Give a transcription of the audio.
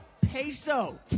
Peso